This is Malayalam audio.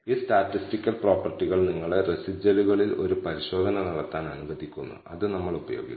അതിനാൽ ഡിസ്ട്രിബ്യൂഷൻ ചെറുതായി മാറുന്നു ഇത് നോർമൽ ഡിസ്ട്രിബ്യൂഷനല്ല t ഡിസ്ട്രിബ്യൂഷനാണ് അതാണ് നമ്മൾ ഇവിടെ ചൂണ്ടിക്കാണിക്കുന്നത്